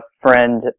friend